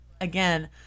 again